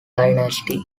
dynasty